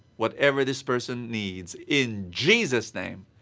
whatever this person needs. in jesus' name.